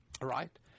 right